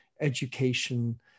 education